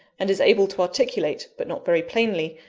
and is able to articulate, but not very plainly,